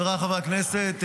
חבריי חברי הכנסת,